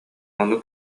ону